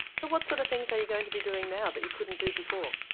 so what sort of things are you going to be doing now that you couldn't do before?